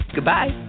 Goodbye